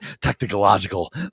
technological